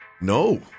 No